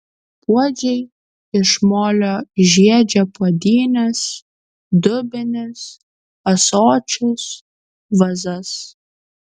puodžiai iš molio žiedžia puodynes dubenis ąsočius vazas